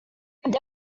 there